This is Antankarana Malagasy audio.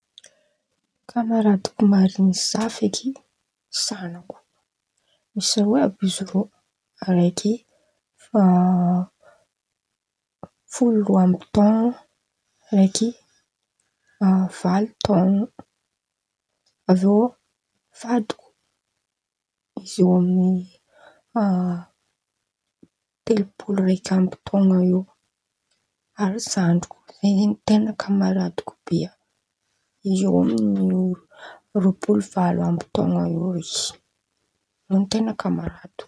Kamaradiko marin̈y za feky, zanako, misy aroe àby izy irô, raiky folo amby taon̈o raiky valo taon̈o, avy eo vadiko, izy eo aminy telopolo raika amby taon̈o eo, ary zandriko koa zen̈y ten̈a kamaradiko be a izy eo aminy roapolo valo amby taon̈o eo izy, io ten̈a kamaradiko.